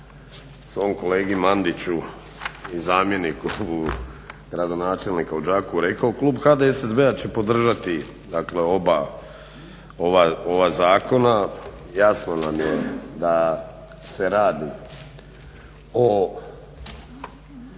svom kolegi Mandiću i zamjeniku gradonačelniku u Đakovu rekao klub HDSSB-a će podržati oba ova zakona. Jasno nam je da se radi o